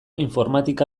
informatika